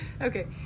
Okay